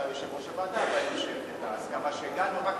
ויושב-ראש הוועדה יפרט את ההסכמה שהגענו אליה,